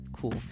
cool